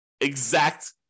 exact